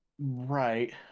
Right